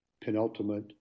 penultimate